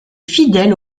fidèle